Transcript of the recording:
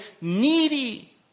needy